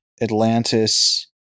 Atlantis